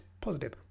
positive